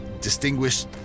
distinguished